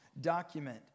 document